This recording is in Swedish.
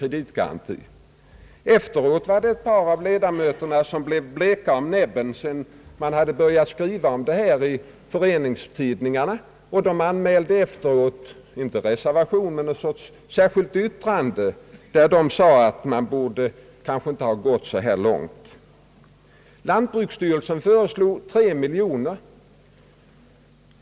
Ett par av nämndens ledamöter blev bleka om näbben, sedan man börjat skriva om saken i föreningstidningarna, och de anmälde efteråt, inte reservationer men ett särskilt yttrande, där de sade att man kanske inte borde ha gått så här långt. Lantbruksstyrelsen föreslog 3 miljoner.